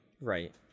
right